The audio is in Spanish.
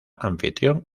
anfitrión